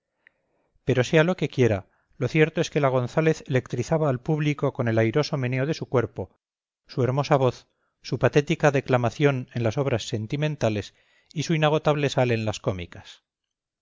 pero sea lo que quiera lo cierto es que la gonzález electrizaba al público con el airoso meneo de su cuerpo su hermosa voz su patética declamación en las obras sentimentales y su inagotable sal en las cómicas